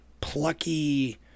plucky